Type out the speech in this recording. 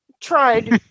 tried